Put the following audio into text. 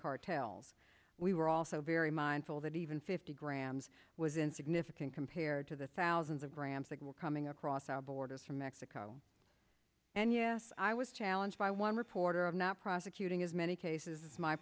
cartels we were also very mindful that even fifty grams was insignificant compared to the thousands of grams that were coming across our borders from mexico and yes i was challenged by one reporter of not prosecuting as many cases